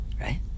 right